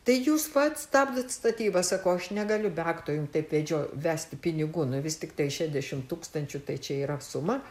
tai jūs vat stabdot statybas sakau aš negaliu be akto taip vedžio vesti pinigų nu vis tiktai šešiasdešimt tūkstančių tai čia yra suma